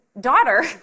daughter